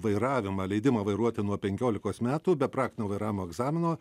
vairavimą leidimą vairuoti nuo penkiolikos metų be praktinio vairavimo egzamino